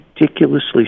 ridiculously